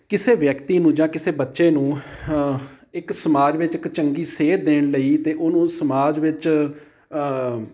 ਕਿਸੇ ਵਿਅਕਤੀ ਨੂੰ ਜਾਂ ਕਿਸੇ ਬੱਚੇ ਨੂੰ ਇੱਕ ਸਮਾਜ ਵਿੱਚ ਇੱਕ ਚੰਗੀ ਸੇਧ ਦੇਣ ਲਈ ਅਤੇ ਉਹਨੂੰ ਸਮਾਜ ਵਿੱਚ